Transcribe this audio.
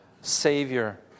Savior